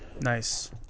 Nice